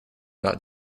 got